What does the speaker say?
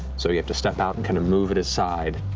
so you have to step out and kind of move it aside.